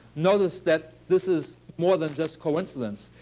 notice that this is more than just coincidence.